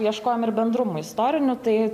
ieškojom ir bendrumų istorinių tai